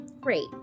great